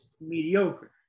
mediocre